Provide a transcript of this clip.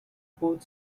both